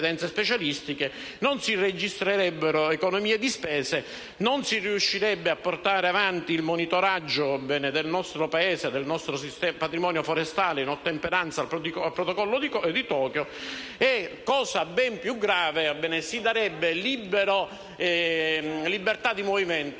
non si registrerebbero economie di spesa, non si riuscirebbe a portare avanti il monitoraggio, nel nostro Paese, del nostro patrimonio forestale in ottemperanza al protocollo di Kyoto e, cosa ben più grave, si darebbe libertà di movimento